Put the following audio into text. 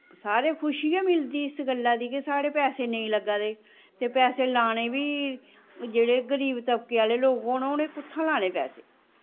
सारे खुशी गै मिलदी इस गल्ला दी के साढ़े पैसे नेईं लग्गा दे ते पैसे लाने बी जेह्ड़े गरीब तबके आह्ले लोक होन उ'नें कुत्थूं दा लाने पैसे